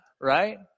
right